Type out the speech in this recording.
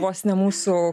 vos ne mūsų